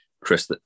Chris